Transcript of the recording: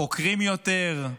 חוקרים יותר,